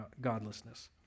godlessness